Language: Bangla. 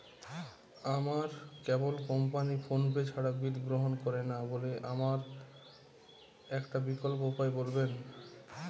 আমার কেবল কোম্পানী ফোনপে ছাড়া বিল গ্রহণ করে না বলে আমার একটা বিকল্প উপায় বলবেন?